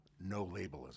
no-labelism